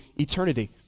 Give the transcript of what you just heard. eternity